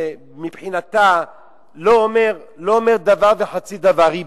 שמבחינתה לא אומר דבר וחצי דבר,